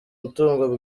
mutungo